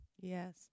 Yes